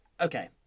Okay